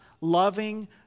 loving